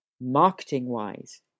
marketing-wise